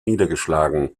niedergeschlagen